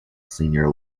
senior